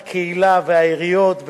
הרווחה והבריאות חבר הכנסת חיים כץ,